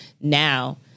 now